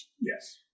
Yes